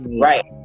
right